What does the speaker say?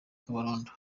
kabarondo